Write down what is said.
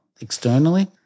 externally